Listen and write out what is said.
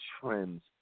trends